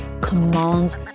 commands